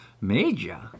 Major